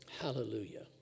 Hallelujah